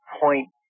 point